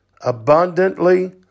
abundantly